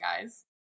guys